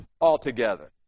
altogether